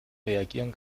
reagieren